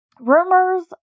Rumors